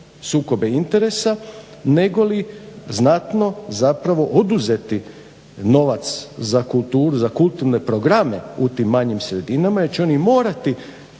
sukobe interesa negoli znatno zapravo oduzeti novac za kulturu, za kulturne programe u tim manjim sredinama jer će oni morati